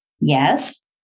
Yes